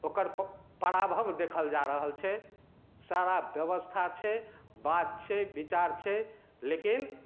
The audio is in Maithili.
ओकर पराभव देखल जा रहल छै सारा व्यवस्था छै बात छै विचार छै लेकिन